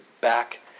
back